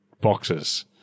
boxes